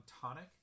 tonic